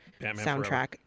soundtrack